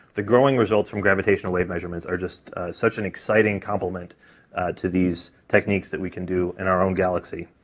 the growing results from gravitational wave measurements are just such an exciting complement to these techniques that we can do in our own galaxy.